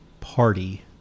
party